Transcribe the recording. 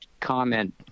comment